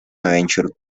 adventure